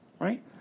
Right